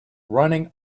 running